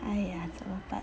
!aiya! 怎么办